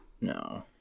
No